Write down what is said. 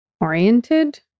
oriented